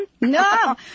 no